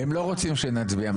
הם לא רוצים שנצביע מחר.